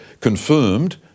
confirmed